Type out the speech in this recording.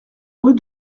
rue